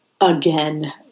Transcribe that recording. again